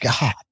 God